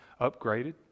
upgraded